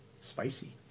spicy